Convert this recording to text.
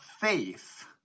faith